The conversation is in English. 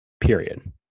period